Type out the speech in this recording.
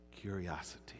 curiosity